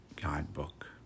guidebook